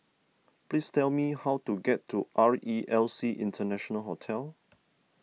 please tell me how to get to R E L C International Hotel